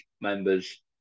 members